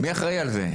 מי אחראי על זה?